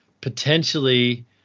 potentially